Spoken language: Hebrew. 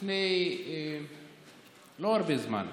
לא לפני הרבה זמן,